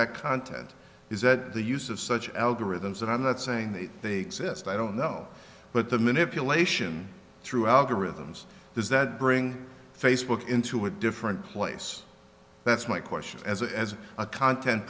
that content is that the use of such algorithms and i'm not saying that they exist i don't know but the manipulation through algorithms does that bring facebook into a different place that's my question as a as a content